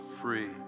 free